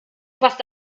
warst